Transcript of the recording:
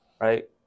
right